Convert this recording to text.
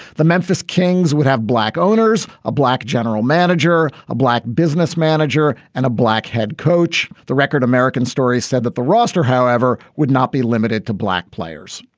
the memphis kings, would have black owners, a black general manager, a black business manager and a black head coach. the record american stories said that the roster, however, would not be limited to black players.